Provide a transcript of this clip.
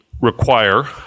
require